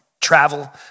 travel